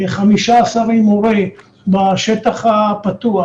15 עם מורה בשטח הפתוח,